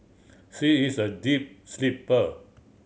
she is a deep sleeper